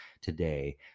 today